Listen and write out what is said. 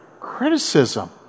criticism